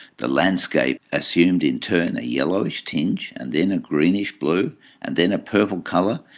the landscape assumed in turn a yellowish tinge and then a greenish blue and then a purple colour,